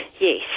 yes